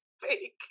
fake